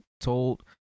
told